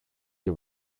και